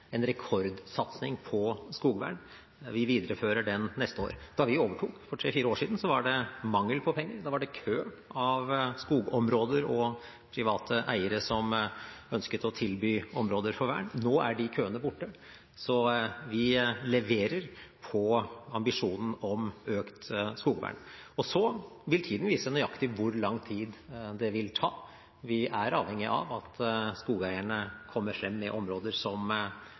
en rekordsatsing på skogvern. Vi viderefører den neste år. Da vi overtok for tre–fire år siden, var det mangel på penger, da var det kø av skogområder og private eiere som ønsket å tilby områder for vern. Nå er de køene borte, så vi leverer på ambisjonen om økt skogvern. Tiden vil vise nøyaktig hvor lang tid det vil ta. Vi er avhengige av at skogeierne kommer frem med områder som